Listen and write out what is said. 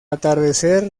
atardecer